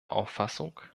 auffassung